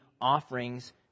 offerings